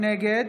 נגד